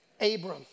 Abram